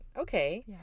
Okay